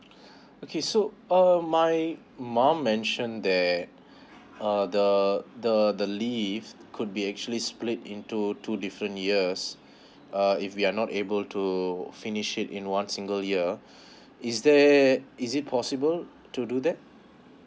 okay so uh my mom mention that uh the the the leave could be actually split into two different years uh if we are not able to finish it in one single year is there is it possible to do that